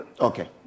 Okay